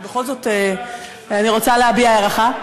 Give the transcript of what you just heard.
אבל בכל זאת אני רוצה להביע הערכה.